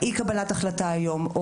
אי קבלת החלטה היום,